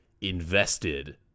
invested